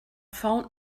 found